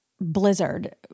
blizzard